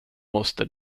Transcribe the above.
måste